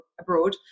abroad